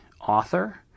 author